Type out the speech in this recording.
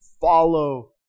follow